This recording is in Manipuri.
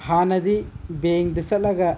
ꯍꯥꯟꯅꯗꯤ ꯕꯦꯡꯗ ꯆꯠꯂꯒ